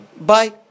Bye